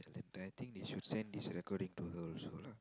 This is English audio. then I think they should send this recording to her also lah